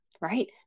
right